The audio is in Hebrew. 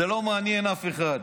זה לא מעניין אף אחד.